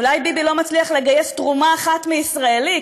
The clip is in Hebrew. אולי ביבי לא מצליח לגייס תרומה אחת מישראלי,